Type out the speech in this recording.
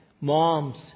moms